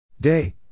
Day